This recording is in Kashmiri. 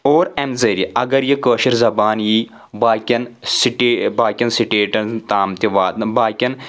اور امہِ ذٔریعہِ اگر یہِ کٲشِر زبان یی باقٕیَن سِٹِی باقٕیَن سٕٹَیٹَن تام تہِ واتنہٕ باقٕیَن